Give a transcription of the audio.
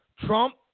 Trump